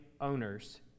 owners